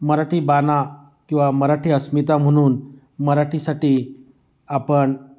मराठी बाणा किंवा मराठी अस्मिता म्हणून मराठीसाठी आपण